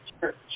Church